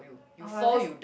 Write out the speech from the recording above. oh-my-god this